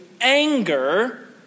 anger